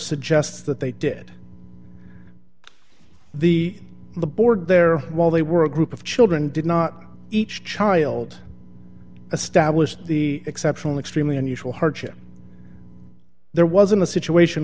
suggests that they did the the board there while they were a group of children did not each child established the exceptional extremely unusual hardship there wasn't a situation